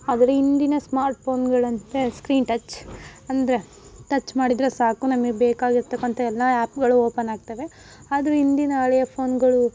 ಆದರೆ ಇಂದಿನ ಸ್ಮಾರ್ಟ್ ಫೋನ್ಗಳಂತೆ ಸ್ಕ್ರೀನ್ ಟಚ್ ಅಂದರೆ ಟಚ್ ಮಾಡಿದರೆ ಸಾಕು ನಮಗೆ ಬೇಕಾಗಿರತಕ್ಕಂಥ ಎಲ್ಲ ಆ್ಯಪ್ಗಳು ಓಪನ್ ಆಗ್ತವೆ ಆದರೆ ಹಿಂದಿನ ಹಳೆಯ ಫೋನ್ಗಳು